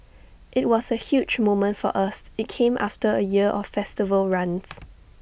IT was A huge moment for us IT came after A year of festival runs